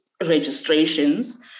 registrations